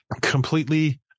Completely